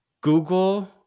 Google